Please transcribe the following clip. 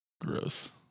Gross